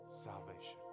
salvation